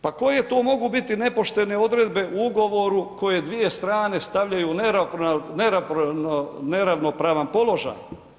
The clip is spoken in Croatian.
Pa koje to mogu biti nepoštene odredbe u ugovoru koje dvije strane stavljaju u neravnopravan položaj?